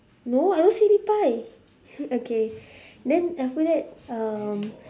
no I don't see any pie okay then after that um